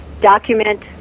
document